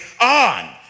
On